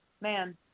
Man